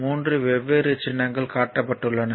3 வெவ்வேறு சின்னங்கள் காட்டப்பட்டுள்ளன